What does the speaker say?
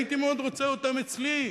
הייתי מאוד רוצה אותם אצלי.